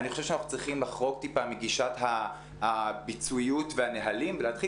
אני חושב שאנחנו צריכים לחרוג טיפה מגישת הביצועיות והנהלים ולהתחיל